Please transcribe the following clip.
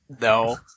No